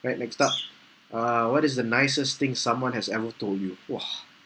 alright next up uh what is the nicest thing someone has ever told you !wah!